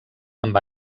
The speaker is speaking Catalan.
amb